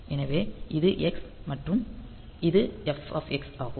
எனவே இது x மற்றும் இது f ஆகும்